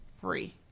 free